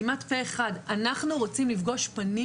כמעט פה אחד: אנחנו רוצים לפגוש פנים